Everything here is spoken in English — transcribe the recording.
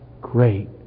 great